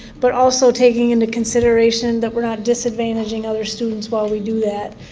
but also taking into consideration that were not disadvantaging other students while we do that.